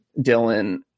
Dylan